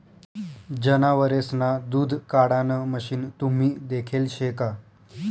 जनावरेसना दूध काढाण मशीन तुम्ही देखेल शे का?